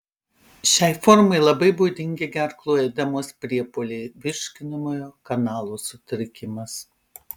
šiai formai labai būdingi gerklų edemos priepuoliai virškinamojo kanalo sutrikimas